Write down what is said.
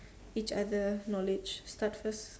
each other knowledge start first